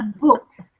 books